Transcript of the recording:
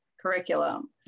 curriculum